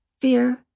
fear